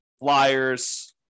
flyers